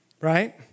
Right